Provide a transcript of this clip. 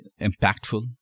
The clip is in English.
impactful